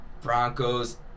Broncos